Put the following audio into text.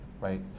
right